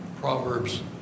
Proverbs